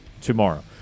tomorrow